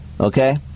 Okay